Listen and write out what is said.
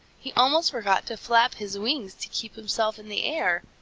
he almost forgot to flap his wings to keep himself in the air.